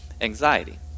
anxiety